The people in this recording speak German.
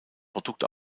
produkt